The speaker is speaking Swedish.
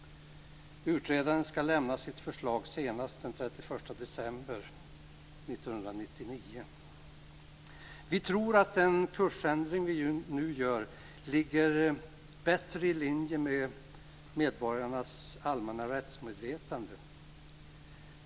Utredaren skall lämna sitt förslag senast den 31 december 1999. Vi tror att den kursändring vi nu gör ligger bättre i linje med medborgarnas allmänna rättsmedvetande.